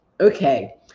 Okay